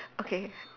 okay